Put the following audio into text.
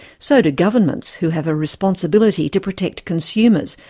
so do governments, who have a responsibility to protect consumers,